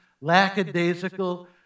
lackadaisical